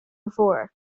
before